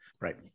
Right